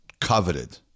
coveted